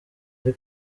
ari